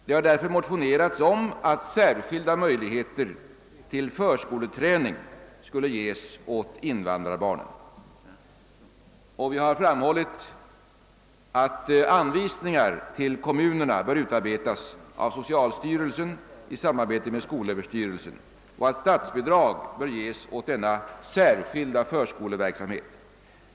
Det har därför motionerats om att särskilda möjligheter till förskoleträning skulle ges åt invandrarbarnen, och det har framhållits att anvisningar till kommunerna bör utarbetas av socialstyrelsen i samarbete med skolöverstyrelsen samt att statsbidrag bör ges åt denna särskilda förskoleverksamhet.